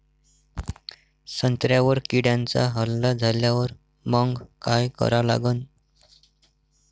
संत्र्यावर किड्यांचा हल्ला झाल्यावर मंग काय करा लागन?